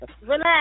Relax